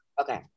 Okay